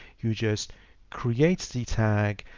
you just create the tag.